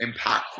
impactful